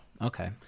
Okay